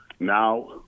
Now